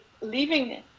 leaving